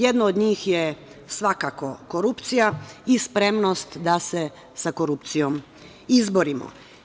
Jedno od njih je svakako korupcija i spremnost da se sa korupcijom izborimo.